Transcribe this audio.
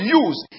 use